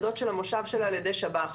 מירב בן ארי, יו"ר ועדת ביטחון פנים: